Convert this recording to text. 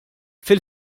fil